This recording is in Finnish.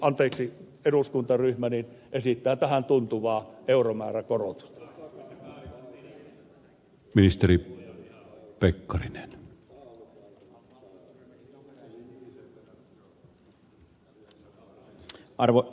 sdpn eduskuntaryhmä esittää tähän tuntuvaa euromääräistä korotusta